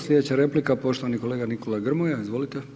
Slijedeća replika poštovani kolega Nikola Grmoja, izvolite.